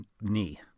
knee